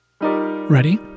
Ready